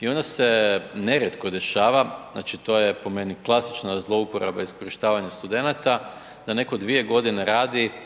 I onda se nerijetko dešava, znači to je po meni klasična zlouporaba i iskorištavanje studenata da neko dvije godine radi